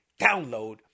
download